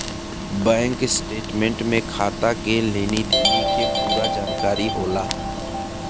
bank statement में खाता के लेनी देनी के पूरा जानकारी होला